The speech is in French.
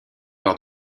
lors